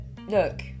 look